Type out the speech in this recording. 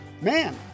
man